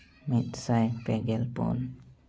ᱢᱤᱫ ᱥᱟᱭ ᱯᱮ ᱜᱮᱞ ᱯᱩ